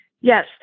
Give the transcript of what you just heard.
Yes